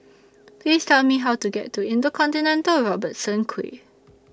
Please Tell Me How to get to InterContinental Robertson Quay